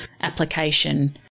application